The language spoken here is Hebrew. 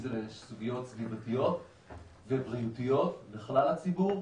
סוגיות סביבתיות ובריאותיות לכלל הציבור.